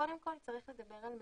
קודם כל צריך לדבר על מניעה,